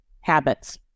habits